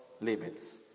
limits